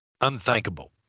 unthinkable